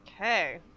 Okay